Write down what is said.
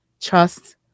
trust